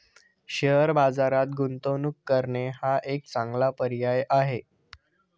share बाजारात गुंतवणूक करणे हा एक चांगला पर्याय आहे